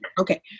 Okay